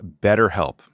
BetterHelp